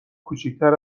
کوچیکتر